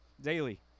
daily